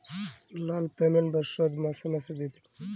লল পেমেল্ট বা শধ মাসে মাসে দিইতে হ্যয়